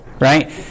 right